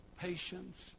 Patience